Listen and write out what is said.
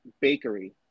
bakery